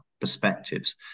perspectives